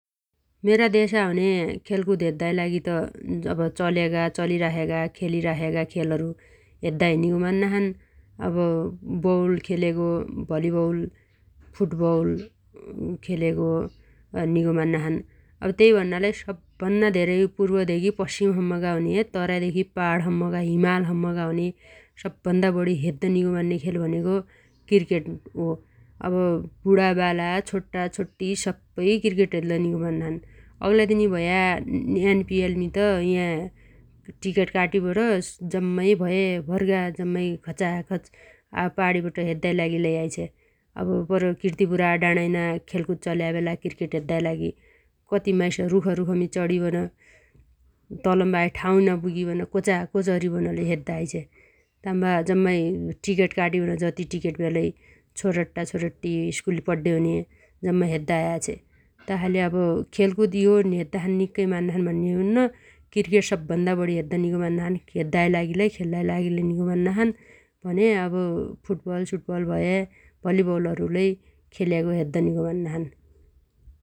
मेरा देशा हुन्या खेलकुद हेद्दाइ लागि त अब चलेगा चलिराखेगा खेलिराखेगा खेलहरु हेद्दाइ निगो मान्नाछन् । अब बौल खेलेगो भलिबौल, फुटबौल खेलेगो निगो मान्नाछन् । तैभन्नालै सब्भन्ना धेरै पुर्वधेगी पश्चिमसम्मगा हुन्या तराइदेखि पहाडसम्मगा हिमालसम्रमगा हुन्या सबभन्ना बढि हेद्द निगो मान्ने खेल भनेगो क्रिकेट हो । अब बुडाबाला, छोट्टाछोट्टी सप्पै क्रिकेट हेद्द निगो मान्नाछन् । अग्लाइदिनी भया एनपिएल मी त या टिकट काटीबर जम्माइ भएभरगा जम्माइ खचाखच पाणीबट लै हेद्दाइ लागी आइछ्या । अब परे कीर्तीपुरा डाडाइना खेलकुद चल्याबेला क्रिकेट हेद्दाइ लागि कति माइस रूखरूखमी चढीबन तलम्बाहै ठावै नपुगीबन कोचाकोच अरीबन लै हेद्द आइछ्या । ताम्बा जम्माइ टिकट काटीबन जती टिकट भयालै छोरट्टाटछोरट्टी, स्कुल पड्डेहुन्या जम्माइ हेद्द आयाछ्या । तासाइले अब खेलकुद यो हेद्दाछन् निक्कै मान्नाछन् भन्ने हुन्न । क्रिकेट सबभन्दा बढि हेद्द निगो मान्नाछन् । हेद्दाइ लागिलै खेल्लाइ लागिलै निगो मान्नाछन् भने अब फुटबल सुटबल भया भलिबौलहरु लै खेलेगो हेद्द निगो मान्नाछन् ।